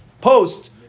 post